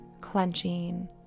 clenching